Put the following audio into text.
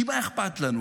כי מה אכפת לנו?